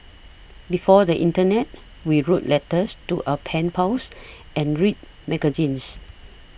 before the internet we wrote letters to our pen pals and read magazines